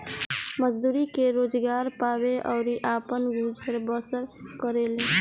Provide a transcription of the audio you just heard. मजदूरी के रोजगार पावेले अउरी आपन गुजर बसर करेले